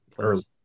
Early